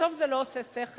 בסוף זה לא עושה שכל,